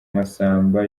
massamba